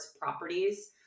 properties